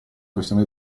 questione